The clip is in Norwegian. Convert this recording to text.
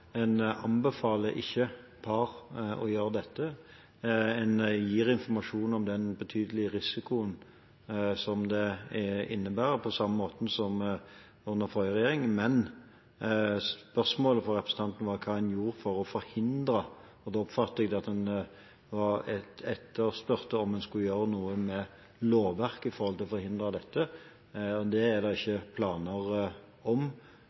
en ikke anbefaler par å gjøre dette. En gir informasjon om den betydelige risikoen som det innebærer, på samme måte som under forrige regjering. Men spørsmålet fra representanten var hva en gjør for å forhindre, og da oppfatter jeg at en etterspør om en skal gjøre noe med lovverket for å forhindre dette. Det er det ikke planer om.